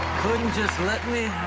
couldn't just let me